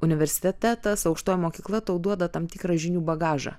universitetas aukštoji mokykla tau duoda tam tikrą žinių bagažą